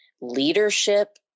leadership